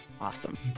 Awesome